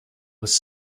was